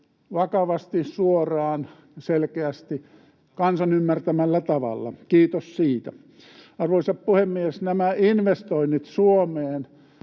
vakavasti, suoraan, selkeästi kansan ymmärtämällä tavalla — kiitos siitä. Arvoisa puhemies! Nämä investoinnit Suomeen,